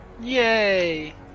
Yay